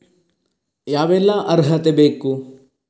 ಯಾವೆಲ್ಲ ಅರ್ಹತೆ ಬೇಕು?